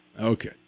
Okay